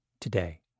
today